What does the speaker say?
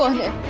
here.